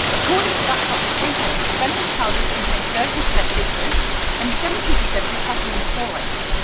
according to that publication, fennings' powders contained thirty per cent liquorice and seventy per cent potassium chlorate.